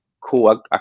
cool